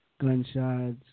Gunshots